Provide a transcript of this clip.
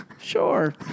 Sure